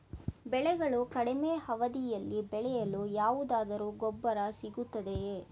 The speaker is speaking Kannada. ಬೆಳೆಗಳು ಕಡಿಮೆ ಅವಧಿಯಲ್ಲಿ ಬೆಳೆಯಲು ಯಾವುದಾದರು ಗೊಬ್ಬರ ಸಿಗುತ್ತದೆಯೇ?